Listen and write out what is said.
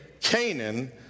Canaan